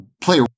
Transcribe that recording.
play